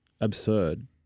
Absurd